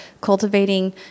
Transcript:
cultivating